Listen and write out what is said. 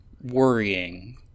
worrying